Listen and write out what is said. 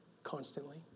Constantly